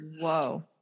Whoa